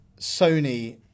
Sony